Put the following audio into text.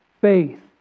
faith